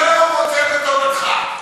גם נתניהו רוצה בטובתך.